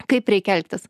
kaip reikia elgtis